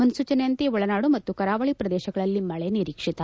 ಮುನ್ಸೂಚನೆಯಂತೆ ಒಳನಾಡು ಮತ್ತು ಕರಾವಳಿ ಪ್ರದೇಶಗಳಲ್ಲಿ ಮಳೆ ನಿರೀಕ್ಷಿತ